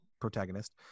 protagonist